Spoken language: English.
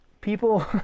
people